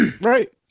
Right